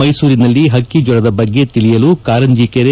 ಮೈಸೂರಿನಲ್ಲಿ ಹಕ್ಕಿ ಜ್ವರದ ಬಗ್ಗೆ ತಿಳಿಯಲು ಕಾರಂಜಿಕೆರೆ